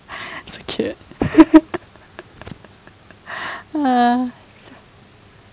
so cute